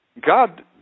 God